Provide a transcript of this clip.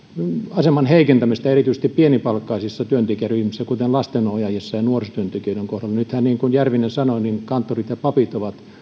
aseman heikentämistä erityisesti pienipalkkaisissa työntekijäryhmissä kuten lastenohjaajien ja nuorisotyöntekijöiden kohdalla nythän niin kuin järvinen sanoi kanttorit ja papit ovat